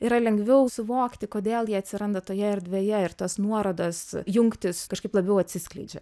yra lengviau suvokti kodėl jie atsiranda toje erdvėje ir tos nuorodos jungtys kažkaip labiau atsiskleidžia